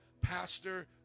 pastor